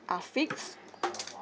are fixed